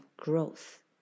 growth